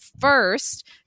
first